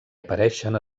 apareixen